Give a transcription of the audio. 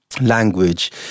language